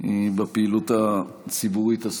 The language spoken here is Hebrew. אדוני